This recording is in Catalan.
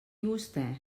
vostè